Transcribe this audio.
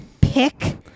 Pick